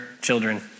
children